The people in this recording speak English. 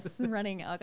running